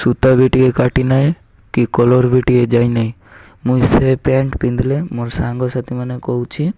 ସୂତା ବି ଟିକେ କାଟି ନାହିଁ କି କଲର୍ ବି ଟିକେ ଯାଇ ନାହିଁ ମୁଇଁ ସେ ପ୍ୟାଣ୍ଟ ପିନ୍ଧିଲେ ମୋର୍ ସାଙ୍ଗସାଥି ମାନେ କହୁଛି